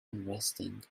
unresting